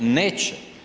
Neće.